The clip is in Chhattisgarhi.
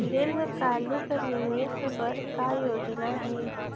दीर्घकालिक निवेश बर का योजना हे?